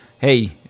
Hey